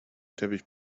teppich